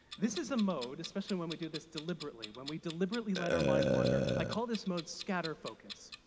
this is a mode, especially when we do this deliberately, when we deliberately let our mind wander i call this mode scatter focus.